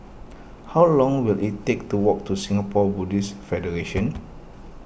how long will it take to walk to Singapore Buddhist Federation